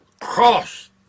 cross